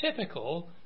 typical